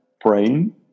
praying